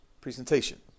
presentation